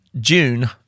June